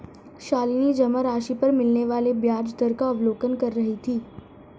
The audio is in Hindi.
शालिनी जमा राशि पर मिलने वाले ब्याज दर का अवलोकन कर रही थी